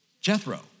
Jethro